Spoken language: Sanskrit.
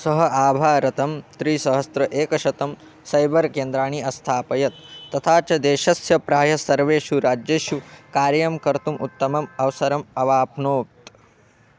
सः आभारतं त्रिसहस्रम् एकशतं सैबर् केन्द्राणि अस्थापयत् तथा च देशस्य प्रायः सर्वेषु राज्येषु कार्यं कर्तुम् उत्तमम् अवसरम् अवाप्नोत्